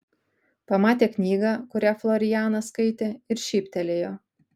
pamatė knygą kurią florianas skaitė ir šyptelėjo